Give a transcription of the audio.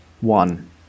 One